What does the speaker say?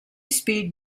speed